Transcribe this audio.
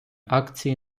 акції